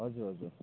हजुर हजुर